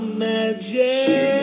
magic